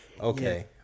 okay